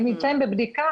הם נמצאים בבדיקה.